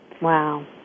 Wow